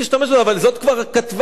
אבל זאת כבר כתבה בפנים.